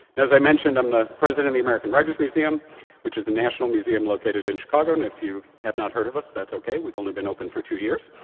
as i mentioned, i'm the president of the american writer's museum which is a national museum located in chicago and if you have not heard of us, that's okay. we've only been open for two years.